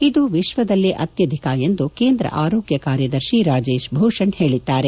ಇದು ವಿಶ್ವದಲ್ಲೇ ಅತ್ತಧಿಕ ಎಂದು ಕೇಂದ್ರ ಆರೋಗ್ನ ಕಾರ್ಯದರ್ಶಿ ರಾಜೇತ್ ಭೂಷಣ್ ಹೇಳಿದ್ದಾರೆ